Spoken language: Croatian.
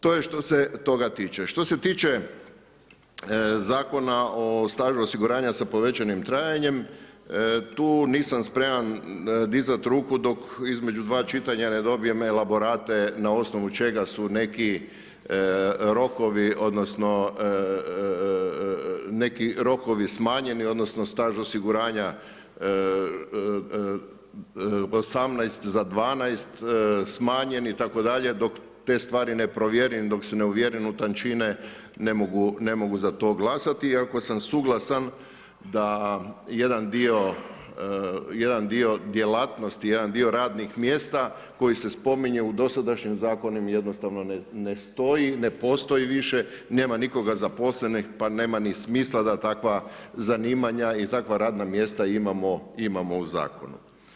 To je što se toga tiče, što se tiče Zakona o stažu osiguranja sa povećanim trajanjem, tu nisam spreman dizat ruku, dok između dva čitanja ne dobijem elaborate na osnovu čega su neki rokovi, odnosno neki rokovi smanjeni, odnosno staž osiguranja 18 za 12 smanjen i tako dalje, dok te stvari ne provjerim, dok se ne uvjerim u tančine, ne mogu za to glasati, iako sam suglasan da jedan dio djelatnosti, jedan dio radnih mjesta koji se spominje u dosadašnjim zakonima jednostavno ne stoji, ne postoji više, nema nikoga zaposlenih, pa nema ni smisla da takva zanimanja i takva radna mjesta imamo u Zakonu.